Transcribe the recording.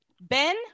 Ben